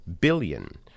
billion